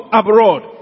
abroad